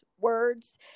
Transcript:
words